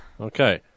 Okay